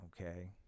okay